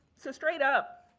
so straight up,